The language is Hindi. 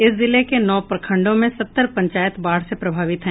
इस जिले के नौ प्रखंडों में सत्तर पंचायत बाढ से प्रभावित हैं